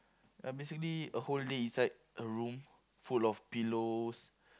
ya basically a whole day inside a room full of pillows